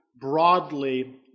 broadly